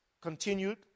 continued